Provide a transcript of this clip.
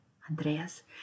Andreas